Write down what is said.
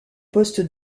poste